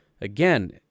Again